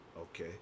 Okay